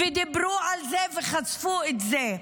ודיברו על זה וחשפו את זה.